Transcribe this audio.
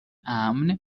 امن